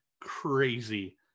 crazy